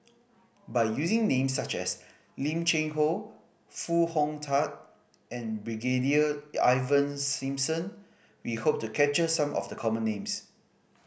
by using names such as Lim Cheng Hoe Foo Hong Tatt and Brigadier Ivan Simson we hope to capture some of the common names